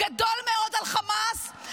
-- גדול מאוד על חמאס,